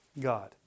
God